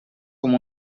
com